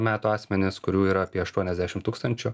metų asmenys kurių yra apie aštuoniasdešimt tūkstančių